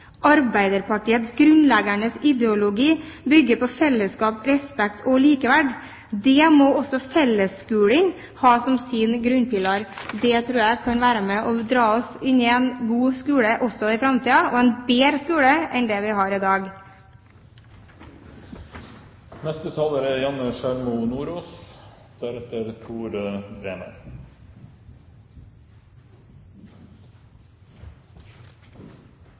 Arbeiderpartiets grunnleggende ideologi bygger på fellesskap, respekt og likeverd. Det må også fellesskolen ha som sin grunnpilar. Det tror jeg kan være med på å dra oss inn i en god skole også i framtiden – og en bedre skole enn det vi har i dag. Å gi alle gode muligheter til å ta utdanning er